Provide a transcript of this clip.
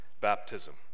baptism